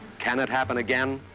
can it happen again?